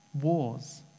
Wars